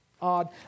odd